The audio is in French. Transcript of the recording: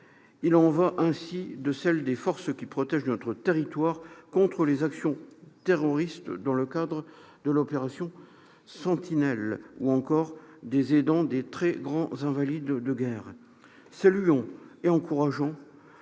Il en va ainsi de celle des forces qui protègent notre territoire contre les actions terroristes dans le cadre de l'opération Sentinelle ou encore des aidants des très grands invalides de guerre.